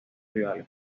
rivales